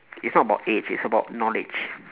it's not about age it's about knowledge